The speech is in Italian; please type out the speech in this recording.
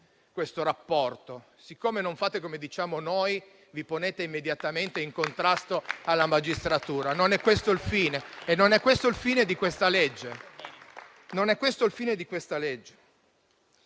questo rapporto: siccome non fate come diciamo noi, vi ponete immediatamente in contrasto alla magistratura. Non è questo il fine di questa legge.